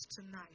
tonight